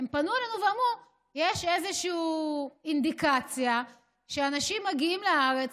פנו אלינו ואמרו שיש איזושהי אינדיקציה שאנשים מגיעים לארץ,